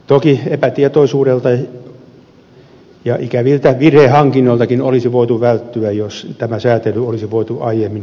toki epätietoisuudelta ja ikäviltä virhehankinnoiltakin olisi voitu välttyä jos tämä säätely olisi voitu aiemmin toteuttaa